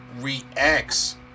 reacts